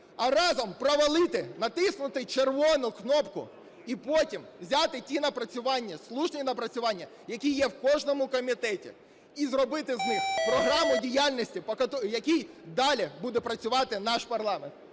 а разом провалити, натиснути червону кнопку, і потім взяти ті напрацювання, слушні напрацювання, які є у кожному комітеті, і зробити з них програму діяльності, по якій далі буде працювати наш парламент.